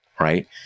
right